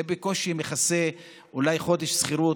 זה בקושי מכסה אולי חודש שכירות,